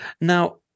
Now